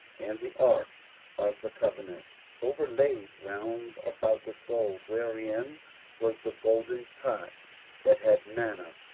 and the ark of the covenant overlaid round about with gold, wherein was the golden pot that had manna,